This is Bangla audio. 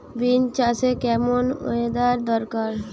বিন্স চাষে কেমন ওয়েদার দরকার?